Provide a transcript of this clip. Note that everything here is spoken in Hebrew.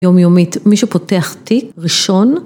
יומיומית מי שפותח תיק ראשון